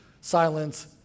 silence